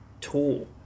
tool